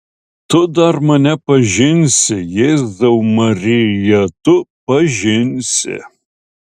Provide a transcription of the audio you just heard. tu dar mane pažinsi jėzau marija tu pažinsi